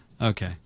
Okay